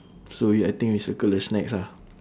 so you I think you circle the snacks ah